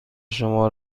شما